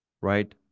right